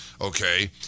okay